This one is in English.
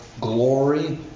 glory